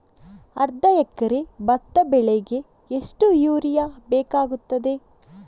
ಅರ್ಧ ಎಕರೆ ಭತ್ತ ಬೆಳೆಗೆ ಎಷ್ಟು ಯೂರಿಯಾ ಬೇಕಾಗುತ್ತದೆ?